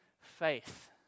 faith